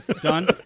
Done